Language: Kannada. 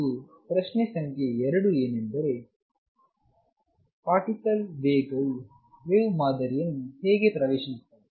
ಮತ್ತು ಪ್ರಶ್ನೆ ಸಂಖ್ಯೆ 2 ಏನೆಂದರೆ ಪಾರ್ಟಿಕಲ್ ವೇಗವು ವೇವ್ ಮಾದರಿಯನ್ನು ಹೇಗೆ ಪ್ರವೇಶಿಸುತ್ತದೆ